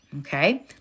Okay